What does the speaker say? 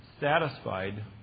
satisfied